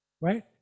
right